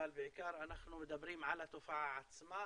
אבל בעיקר אנחנו מדברים על התופעה עצמה.